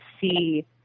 see